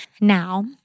now